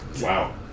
Wow